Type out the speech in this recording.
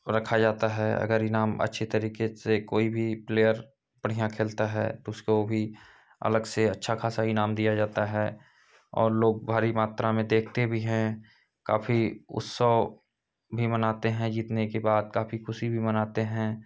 रखा जाता है अगर इनाम अच्छे तरीके से कोई भी प्लेयर बढ़ियाँ खेलता है तो उसको भी अलग से अच्छा खासा इनाम दिया जाता है और लोग भारी मात्रा में देखते भी हैं काफ़ी उत्सव भी मनाते हैं जीतने के बाद काफ़ी खुशी भी मनाते हैं